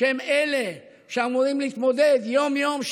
שהם אלה שאמורים להתמודד יום-יום,